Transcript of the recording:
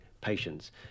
patients